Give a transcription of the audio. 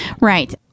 Right